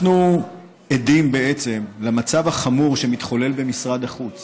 אנחנו עדים למצב החמור שמתחולל במשרד החוץ